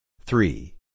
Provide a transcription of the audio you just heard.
Three